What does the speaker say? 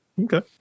okay